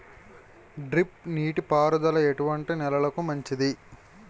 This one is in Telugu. డ్రిప్ నీటి పారుదల ఎటువంటి నెలలకు మంచిది?